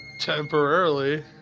temporarily